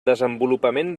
desenvolupament